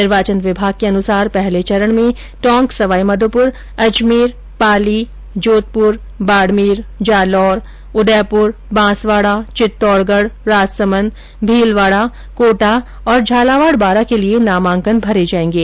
निर्वाचन विभाग के अनुसार पहले चरण में टोक सवाईमाधोपुर अजमेर पाली जोधपुर बाडमेर जालौर उदयपुर बांसवाडा चित्तौडगढ राजसमंद भीलवाडा कोटा और झालावाड़ बारां के लिए नामांकन भरे जाएंगे